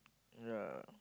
ya